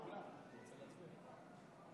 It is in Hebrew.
הצעת